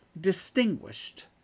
distinguished